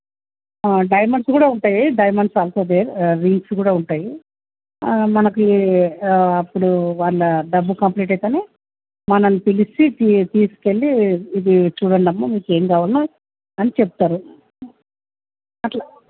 diamonds కూడా ఉంటాయి diamonds also there rings కూడా ఉంటాయి మనకు అప్పుడు వాళ్ళ డబ్బు కంప్లీట్ అయితే మనల్ని పిలిచి తీసుకు వెళ్ళి ఇవి చూడండి అమ్మ మీకు ఏమి కావాలో అని చెప్తారు అట్లా